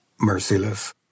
merciless